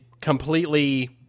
completely